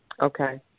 Okay